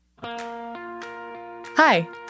Hi